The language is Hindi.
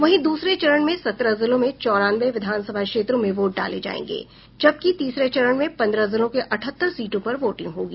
वहीं दूसरे चरण में सत्रह जिलों में चौरानवे विधानसभा क्षेत्रों में वोट डाले जायेंगे जबकि तीसरे चरण में पन्द्रह जिलों के अठहत्तर सीटों पर वोटिंग होगी